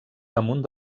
damunt